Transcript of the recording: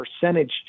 percentage